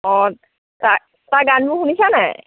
অঁ তাৰ তাৰ গানবোৰ শুনিছে নে নাই